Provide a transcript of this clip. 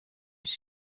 isi